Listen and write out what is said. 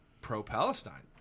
pro-Palestine